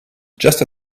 just